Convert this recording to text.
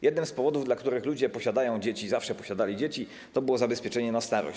Jednym z powodów, dla których ludzie posiadają dzieci i zawsze posiadali dzieci, było zabezpieczenie na starość.